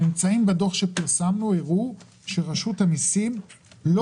הממצאים בדוח שפרסמנו הראו שרשות המסים לא